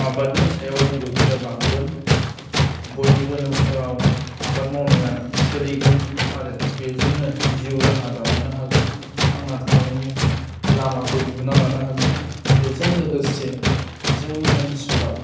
आबादनि सायाव रोंगौथिया बांगोन बयनिबो नख'राव आबाद मावनाया सोलिगोन आरो बेजोंनो जिउ राहा दालांनो हागोन थांना थानायनि लामाखौ दिहुन्ना लानो हागोन बेजों लोगोसे जोंनि ओनसोलाव